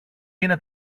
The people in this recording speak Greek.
είναι